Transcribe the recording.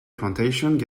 plantations